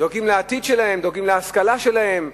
דואגים לעתיד שלהם, דואגים להשכלה שלהם,